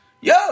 yo